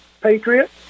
patriot